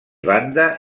banda